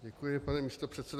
Děkuji, pane místopředsedo.